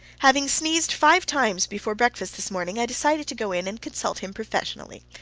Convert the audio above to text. having sneezed five times before breakfast this morning, i decided to go in and consult him professionally.